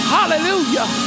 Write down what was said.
Hallelujah